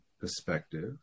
perspective